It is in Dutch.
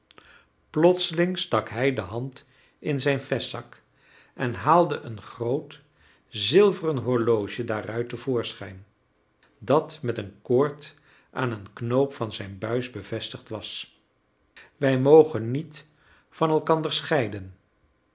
plotseling stak hij de hand in zijn vestzak en haalde een groot zilveren horloge daaruit te voorschijn dat met een koord aan een knoop van zijn buis bevestigd was wij mogen niet van elkander scheiden